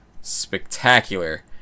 spectacular